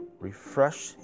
refresh